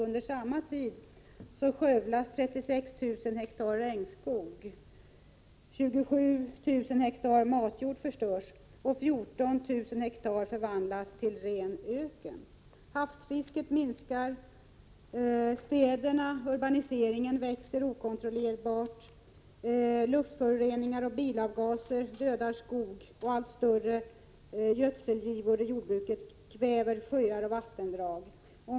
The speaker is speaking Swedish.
Under samma tid skövlas 36 000 hektar regnskog, förstörs 27 000 hektar matjord och förvandlas 14 000 hektar till ren öken. Havsfisket minskar. Städerna växer okontrollerbart, och urbaniseringen ökar. Luftföroreningar och bilavgaser dödar skog, och allt större gödselgivor i jordbruket kväver sjöar och vattendrag.